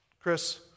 Chris